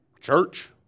church